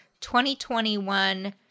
2021